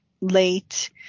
late